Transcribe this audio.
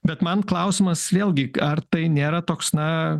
bet man klausimas vėlgi ar tai nėra toks na